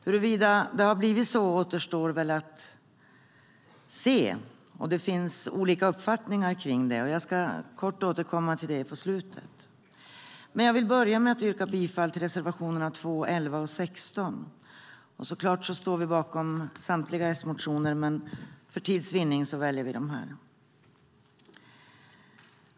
Huruvida det har blivit så återstår att se. Det finns olika uppfattningar om det. Jag återkommer om det i slutet av mitt anförande. Jag börjar med att yrka bifall till reservationerna 2, 11 och 16. Vi står naturligtvis bakom samtliga S-motioner, men för tids vinnande yrkar vi bifall endast till dessa.